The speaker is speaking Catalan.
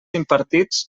impartits